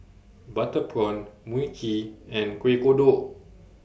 Butter Prawn Mui Kee and Kuih Kodok